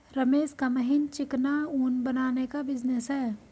रमेश का महीन चिकना ऊन बनाने का बिजनेस है